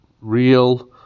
real